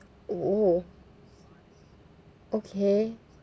oh okay